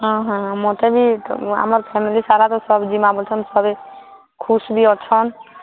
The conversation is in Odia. ହଁ ହଁ ମତେ ବି ଆମର୍ ଫ୍ୟାମିଲି ସାରା ତ ସଭେ ଜିମା ବୋଲିଛନ୍ ସଭେ ଖୁସ୍ ବି ଅଛନ୍